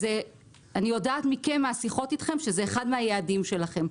אני יודעת מן השיחות אתכם שזה אחד מן היעדים שלכם.